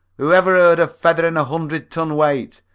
whoever heard of feathering a hundred-ton weight?